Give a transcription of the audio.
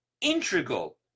integral